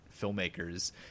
filmmakers